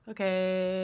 Okay